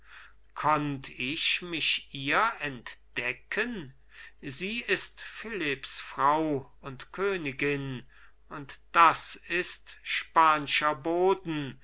konnt ich mich ihr entdecken sie ist philipps frau und königin und das ist span'scher boden